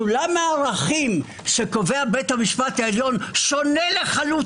סולם הערכים שקובע בית המשפט העליון שונה לחלוטין.